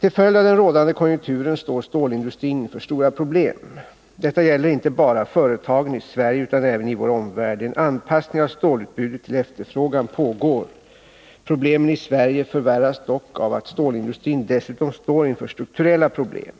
Till följd av den rådande konjunkturen står stålindustrin inför stora problem. Detta gäller inte bara företagen i Sverige utan även i vår omvärld. En anpassning av stålutbudet till efterfrågan pågår. Problemen i Sverige förvärras dock av att stålindustrin dessutom står inför strukturella problem.